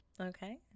Okay